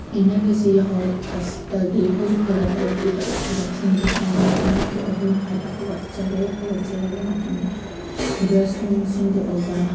ꯑꯩꯅ ꯉꯁꯤ ꯌꯥꯎꯍꯧꯔꯛꯄꯁꯤꯗꯒꯤ ꯍꯧꯖꯤꯡ ꯐꯥꯎꯕ ꯇꯧꯔꯛꯏꯕ ꯊꯕꯛꯁꯤꯡꯗꯤ ꯑꯩꯅ ꯄꯨꯡ ꯑꯍꯨꯝ ꯃꯈꯥꯏꯗ ꯍꯧꯒꯠꯆꯔꯦ ꯍꯧꯒꯠꯆꯔꯕ ꯃꯇꯨꯡꯗ ꯕ꯭ꯔꯁ ꯅꯨꯡ ꯁꯦꯡꯗꯣꯛꯑꯒ